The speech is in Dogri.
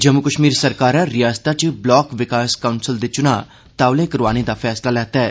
जम्मू कश्मीर सरकारै रयासतै च ब्लाक विकास काउंसल दी च्ना तौले करोआन दा फैसला लैता ऐ